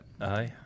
Aye